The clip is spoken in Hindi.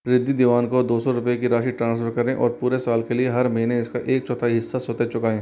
रिद्धि दीवान को दो सौ रुपये की राशि ट्रांसफ़र करें और पूरे साल के लिए हर महीने इसका एक चौथाई हिस्सा स्वतः चुकाएँ